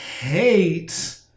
hate